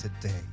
today